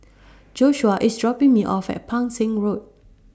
Joshua IS dropping Me off At Pang Seng Road